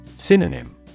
Synonym